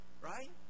right